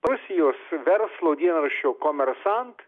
rusijos verslo dienraščio komersant